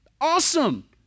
Awesome